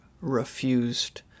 refused